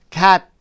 cat